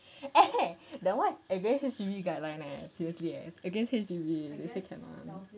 eh that one is against H_D_B guideline leh seriously eh against H_D_B they say cannot [one]